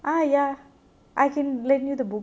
!aiya! I can lend you the book